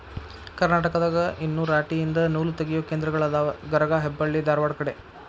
ಕರ್ನಾಟಕದಾಗ ಇನ್ನು ರಾಟಿ ಯಿಂದ ನೂಲತಗಿಯು ಕೇಂದ್ರಗಳ ಅದಾವ ಗರಗಾ ಹೆಬ್ಬಳ್ಳಿ ಧಾರವಾಡ ಕಡೆ